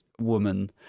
woman